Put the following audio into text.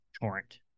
torrent